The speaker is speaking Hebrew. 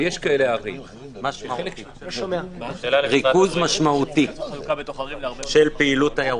ויש כאלה ערים --- ריכוז משמעותי של פעילות תיירותית.